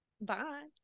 Bye